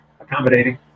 accommodating